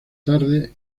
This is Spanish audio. tarde